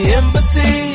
embassy